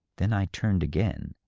then i turned again,